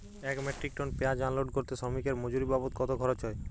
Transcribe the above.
এক metric ton পেঁয়াজ unload করতে শ্রমিকের মজুরি বাবদ কত খরচ হয়?